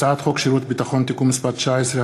הצעת חוק שירות ביטחון (תיקון מס' 19),